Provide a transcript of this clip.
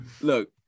look